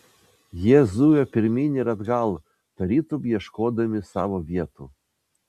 jie zujo pirmyn ir atgal tarytum ieškodami savo vietų